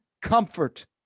comfort